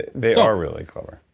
they are really clever.